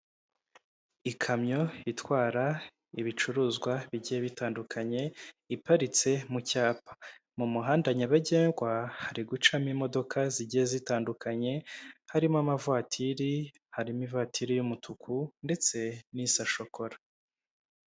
Ikamyo itwara ibicuruzwa bigiye bitandukanye iparitse mu cyapa, mu muhanda nyabagendwa hari gucamo imodoka zigiye zitandukanye harimo amavatiri, harimo ivatiri y'umutuku ndetse n'isa shokora.